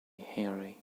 hairy